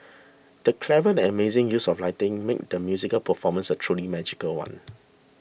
the clever and amazing use of lighting made the musical performance a truly magical one